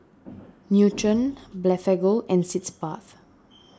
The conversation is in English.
Nutren Blephagel and Sitz Bath